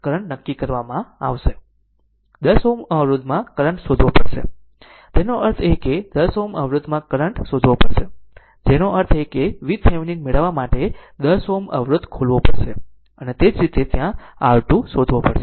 10 Ω અવરોધમાં કરંટ શોધવો પડશે તેનો અર્થ એ કે અહીં 10 Ω અવરોધમાં કરંટ શોધવો પડશે જેનો અર્થ છે કે VThevenin મેળવવા માટે 10 Ω અવરોધ ખોલવો પડશે અને તે જ રીતે ત્યાં R2 શોધવો પડશે